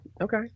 Okay